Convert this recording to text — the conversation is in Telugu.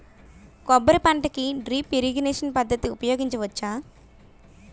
కొబ్బరి పంట కి డ్రిప్ ఇరిగేషన్ పద్ధతి ఉపయగించవచ్చా?